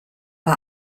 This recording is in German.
bei